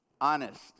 Honest